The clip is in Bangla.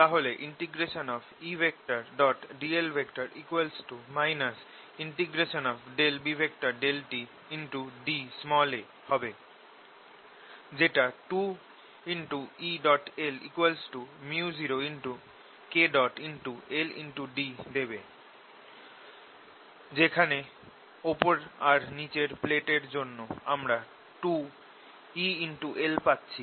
তাহলে Edl B∂tda হবে যেটা 2El µ0Kld দেবে যেখানে ওপর আর নিচের প্লেট এর জন্য আমরা 2El পাচ্ছি